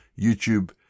YouTube